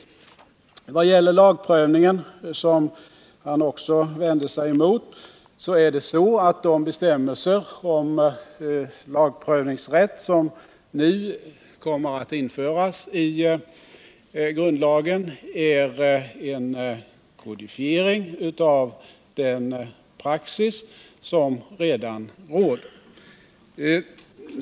I vad gäller lagprövningen, som han också vände sig mot, är det så att de bestämmelser om lagprövningsrätt som nu kommer att införas i grundlagen är en kodifiering av den praxis som redan råder.